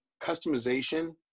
customization